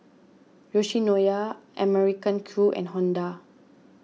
Yoshinoya American Crew and Honda